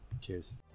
Cheers